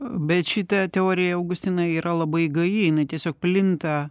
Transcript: bet šita teorija augustinai yra labai gaji jinai tiesiog plinta